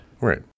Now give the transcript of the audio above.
right